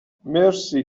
مرسی